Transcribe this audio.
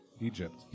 Egypt